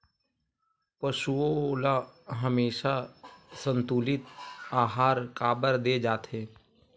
पशुओं ल हमेशा संतुलित आहार काबर दे जाथे?